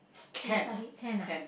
chili-padi can ah